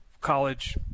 college